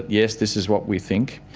yes, this is what we think,